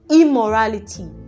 immorality